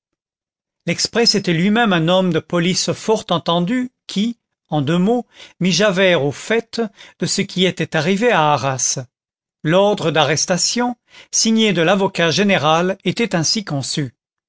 l'exprès était lui-même un homme de police fort entendu qui en deux mots mit javert au fait de ce qui était arrivé à arras l'ordre d'arrestation signé de l'avocat général était ainsi conçu